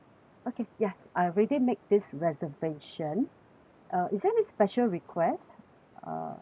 okay yes I already make this reservation uh is there any special request uh